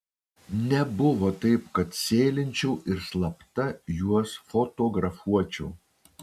nebuvo taip kad sėlinčiau ir slapta juos fotografuočiau